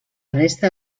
resta